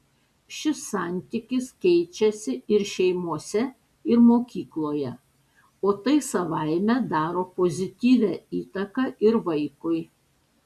šis santykis keičiasi ir šeimose ir mokykloje o tai savaime daro pozityvią įtaką ir vaikui